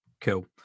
Cool